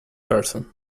person